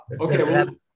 okay